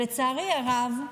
לצערי הרב,